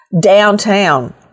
Downtown